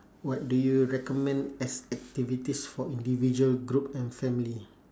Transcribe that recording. what do you recommend as activities for individual group and family